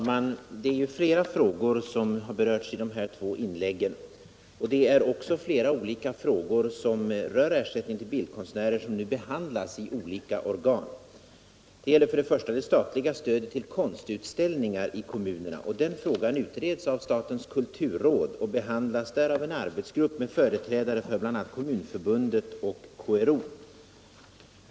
Herr talman! Flera frågor har ju berörts i de här två inläggen. Det är också flera olika frågor som rör ersättning till bildkonstnärer som nu behandlas i olika organ. Det gäller först det statliga stödet till konstutställningar i kommunerna. Den frågan utreds av statens kulturråd av en arbetsgrupp med företrädare för bl.a. Kommunförbundet och KRO.